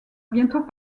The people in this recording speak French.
bientôt